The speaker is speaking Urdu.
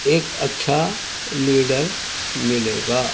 ایک اچھا لیڈر ملےگا